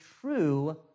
true